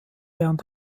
während